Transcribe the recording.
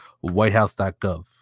whitehouse.gov